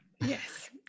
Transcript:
Yes